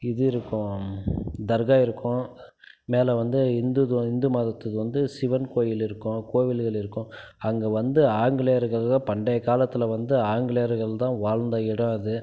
இது இருக்கும் தர்கா இருக்கும் மேலே வந்து ஹிந்து ஹிந்து மதத்துக்கு வந்து சிவன் கோயிலிருக்கும் கோவில்கள் இருக்கும் அங்கே வந்து ஆங்கிலேயர்கள் பண்டைய காலத்தில் வந்து ஆங்கிலேயர்கள் தான் வாழ்ந்த இடம் அது